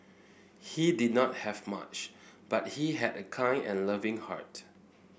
he did not have much but he had a kind and loving heart